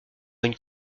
une